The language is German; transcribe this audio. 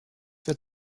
wird